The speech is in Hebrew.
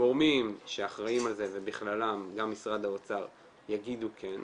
הגורמים שאחראים על זה ובכללם גם משרד האוצר יגידו כן,